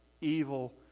Evil